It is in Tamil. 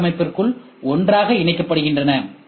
எம் கட்டமைப்பிற்குள் ஒன்றாக இணைக்கப்படுகின்றன